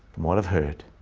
what i've heard,